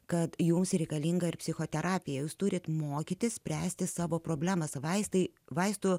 kad jums reikalinga ir psichoterapija jūs turite mokytis spręsti savo problemas vaistai vaistų